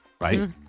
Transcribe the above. right